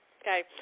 okay